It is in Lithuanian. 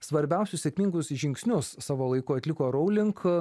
svarbiausius sėkmingus žingsnius savo laiku atliko rowling